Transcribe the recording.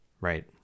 right